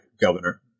governor